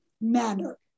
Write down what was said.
manner